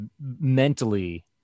mentally